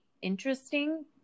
interesting